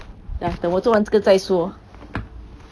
ya 等我做完这个再说